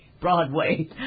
Broadway